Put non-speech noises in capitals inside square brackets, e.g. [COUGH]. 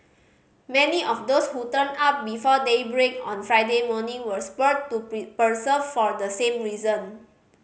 many of those who turned up before daybreak on Friday morning were spurred to [UNINTELLIGIBLE] persevere for the same reason